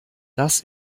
das